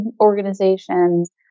organizations